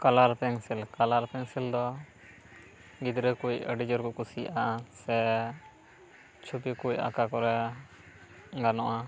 colour pencil colour pencil ᱫᱚ ᱜᱤᱫᱽᱨᱟᱹ ᱠᱩᱡ ᱟᱹᱰᱤ ᱡᱳᱨ ᱠᱚ ᱠᱩᱥᱤᱭᱟᱜᱼᱟ ᱥᱮ ᱪᱷᱩᱵᱤᱠᱩᱡ ᱟᱠᱟ ᱠᱚᱨᱟ ᱜᱟᱱᱚᱜᱼᱟ